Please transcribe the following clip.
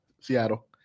Seattle